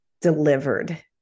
delivered